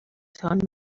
tone